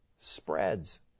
spreads